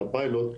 לפיילוט.